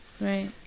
Right